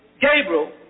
Gabriel